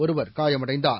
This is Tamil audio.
ஒருவர் காயமடைந்தார்